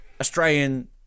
Australian